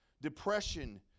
depression